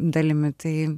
dalimi tai